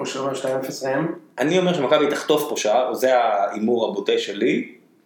לסיים, אני אומר שמכבי תחטוף פה שעה, וזה ההימור הבוטה שלי